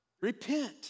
Repent